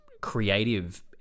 creative